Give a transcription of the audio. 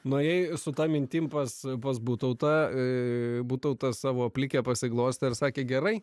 norėjai su ta mintim pas pas butautą būtautas savo plikę pasiglostė ar sakė gerai